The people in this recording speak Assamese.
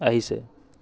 আহিছে